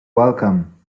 welcome